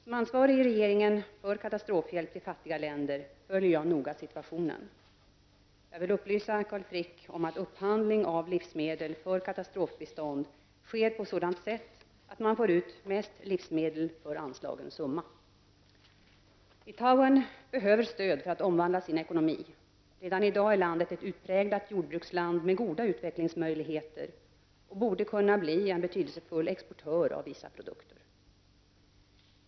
Som ansvarig i regeringen för katastrofhjälp till fattiga länder följer jag noga situationen. Jag vill upplysa Carl Frick om att upphandling av livsmedel för katastrofbistånd sker på ett sådant sätt att man får ut mest livsmedel för anslagen summa. Litauen behöver stöd för att omvandla sin ekonomi. Redan i dag är landet ett utpräglat jordbruksland med goda utvecklingsmöjligheter och borde kunna bli en betydelsefull exportör av vissa produkter.